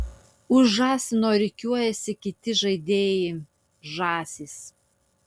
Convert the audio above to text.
už žąsino rikiuojasi kiti žaidėjai žąsys